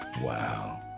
wow